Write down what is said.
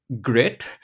grit